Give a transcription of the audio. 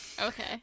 Okay